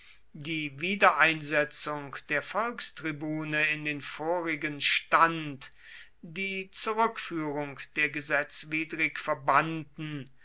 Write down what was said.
die wiedereinsetzung der volkstribune in den vorigen stand die zurückführung der gesetzwidrig verbannten